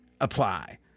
apply